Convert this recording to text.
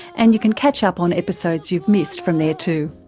and you can catch up on episodes you've missed from there too.